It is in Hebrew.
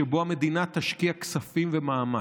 שבו המדינה תשקיע כספים ומאמץ.